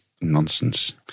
Nonsense